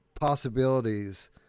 possibilities